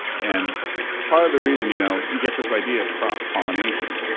and part of the reason you know you get this idea of cross pollination.